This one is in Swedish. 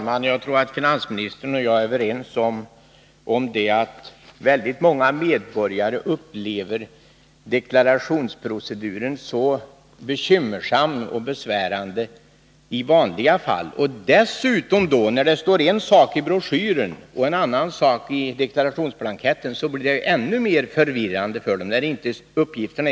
Många svenska företag har under senare år baserat sin upplåning på krediter i fftämmande valuta. Devalveringen i oktober 1982 innebar att denna typ av upplåning för många, främst små företag, blivit en mycket tung börda.